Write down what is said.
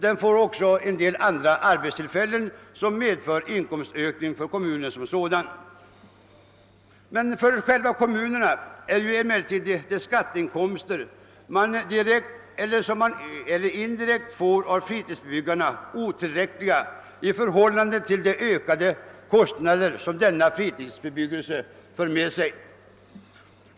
Den får också en del arbetstillfällen som medför inkomster till kommunen. För kommunerna är emellertid de skatteinkomster man direkt eller indirekt får från fritidsbebyggarna otillräckliga i förhållande till de ökade kostnader som denna fritidsbebyggelse för med sig.